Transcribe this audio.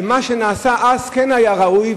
ומה שנעשה אז כן היה ראוי,